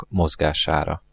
mozgására